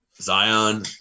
Zion